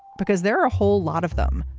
because there are a whole lot of them.